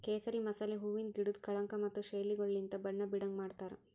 ಕೇಸರಿ ಮಸಾಲೆ ಹೂವಿಂದ್ ಗಿಡುದ್ ಕಳಂಕ ಮತ್ತ ಶೈಲಿಗೊಳಲಿಂತ್ ಬಣ್ಣ ಬೀಡಂಗ್ ಮಾಡ್ತಾರ್